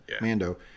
Mando